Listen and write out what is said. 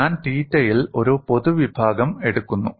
ഞാൻ തീറ്റയിൽ ഒരു പൊതു വിഭാഗം എടുക്കുന്നു